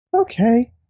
Okay